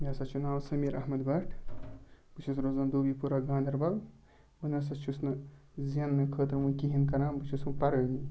مےٚ ہَسا چھُ ناو سمیٖر احمد بٹ بہٕ چھُس روزان دوبی پورہ گانٛدَربَل وۅنۍ ہَسا چھُس نہٕ زیننہٕ خٲطرٕ وُنہِ کِہیٖنٛۍ کَران بہٕ چھُس وُنہِ پَرٲنی